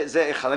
זה דבר אחד.